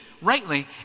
Rightly